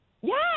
Yes